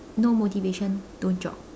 no motivation don't jog